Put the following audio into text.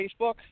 Facebook